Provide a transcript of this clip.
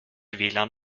wlan